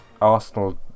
Arsenal